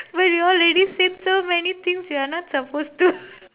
but you already said so many things you're not supposed to